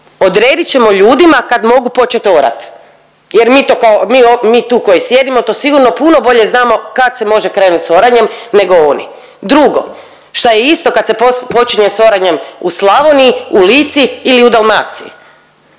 Odredit ćemo ljudima kad mogu počet orat, jer mi tu koji sjedimo to sigurno puno bolje znamo kad se može krenut sa oranjem nego oni. Drugo šta je isto kad se počinje sa oranjem u Slavoniji, u Lici ili u Dalmaciji.